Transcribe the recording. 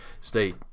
stay